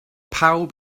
pawb